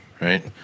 right